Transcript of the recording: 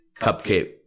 Cupcake